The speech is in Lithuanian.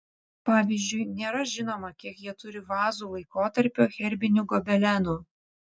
pavyzdžiui nėra žinoma kiek jie turi vazų laikotarpio herbinių gobelenų